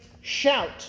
shout